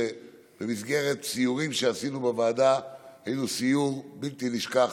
שבמסגרת סיורים שעשינו בוועדה היה לנו סיור בלתי נשכח,